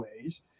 ways